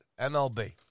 MLB